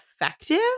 effective